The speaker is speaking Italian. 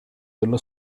dello